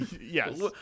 Yes